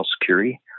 security